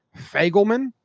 Fagelman